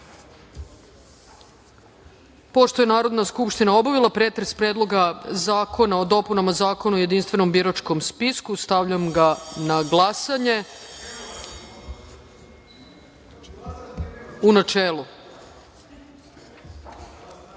je Narodna skupština obavila pretres Predloga zakona o dopunama Zakona o jedinstvenom biračkom spisku, stavljam ga na glasanje, u